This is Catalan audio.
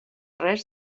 res